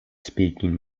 speaking